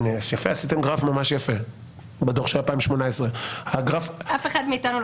שפתוחים מעל שנתיים בסוף דצמבר,